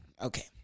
Okay